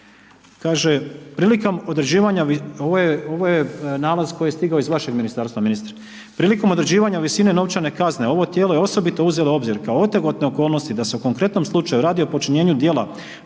Prilikom određivanja visine novčane kazne, ovo tijelo je osobito uzelo u obzir kao otegotne okolnosti da se u konkretnom slučaju radi o počinjenju djela